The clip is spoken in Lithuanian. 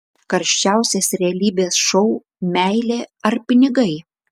karščiausias realybės šou meilė ar pinigai